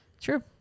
True